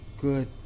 good